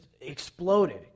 exploded